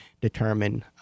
determine